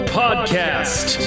podcast